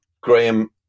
Graham